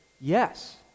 yes